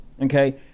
okay